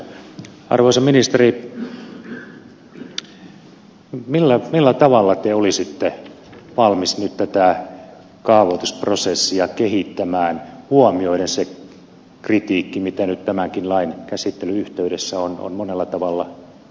arvoisa ministeri millä tavalla te olisitte valmis nyt tätä kaavoitusprosessia kehittämään huomioiden sen kritiikin mitä nyt tämänkin lain käsittelyn yhteydessä on monella tavalla tullut